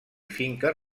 finques